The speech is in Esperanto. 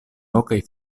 lokaj